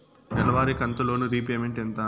నెలవారి కంతు loan repayment ఎంత?